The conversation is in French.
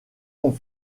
ont